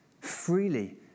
Freely